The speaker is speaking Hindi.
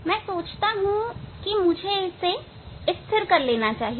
मैं सोचता हूं मुझे इसे स्थिर कर लेना चाहिए